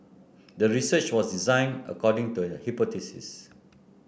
the research was design according to the hypothesis